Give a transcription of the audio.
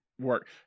work